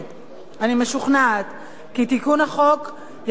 אני משוכנעת כי תיקון החוק יביא לחיזוק